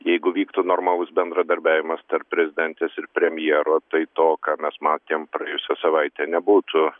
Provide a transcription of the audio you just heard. jeigu vyktų normalus bendradarbiavimas tarp prezidentės ir premjero tai to ką mes matėm praėjusią savaitę nebūtų